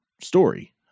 story